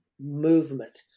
movement